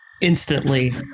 instantly